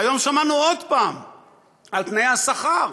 והיום שמענו עוד פעם על תנאי השכר,